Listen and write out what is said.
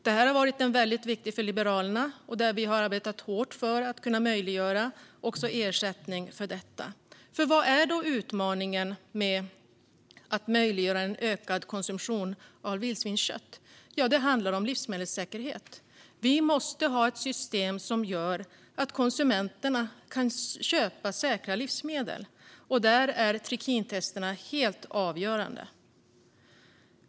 Detta har varit väldigt viktigt för Liberalerna, och vi har arbetat hårt för att möjliggöra ersättning för detta. Vad är utmaningen med att möjliggöra en ökad konsumtion av vildsvinskött? Jo, det handlar om livsmedelssäkerhet. Vi måste ha ett system som gör att konsumenterna kan köpa säkra livsmedel. Där är trikintesterna helt avgörande.